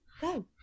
go